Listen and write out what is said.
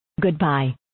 Goodbye